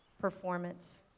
Performance